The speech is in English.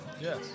Yes